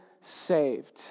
saved